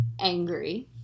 angry